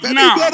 now